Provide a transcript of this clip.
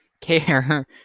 care